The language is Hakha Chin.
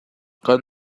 kan